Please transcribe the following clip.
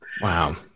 Wow